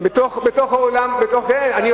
אתם בכלל לא משתתפים,